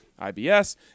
IBS